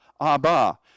Abba